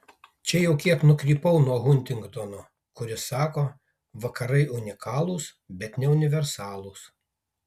čia jau kiek nukrypau nuo huntingtono kuris sako vakarai unikalūs bet ne universalūs